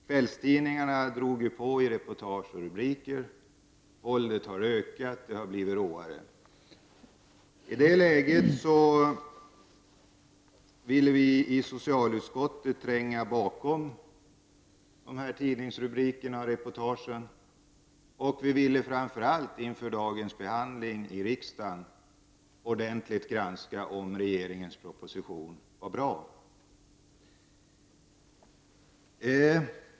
Kvällstidningarna drog på i reportage och rubriker: Våldet har ökat och blivit råare. I det läget ville socialutskottet tränga bakom medierapporterna och våldsrubrikerna. Vi ville framför allt inför dagens behandling ordentligt granska om regeringens proposition var bra.